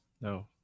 no